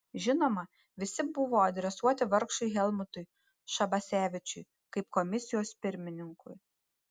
žinoma visi buvo adresuoti vargšui helmutui šabasevičiui kaip komisijos pirmininkui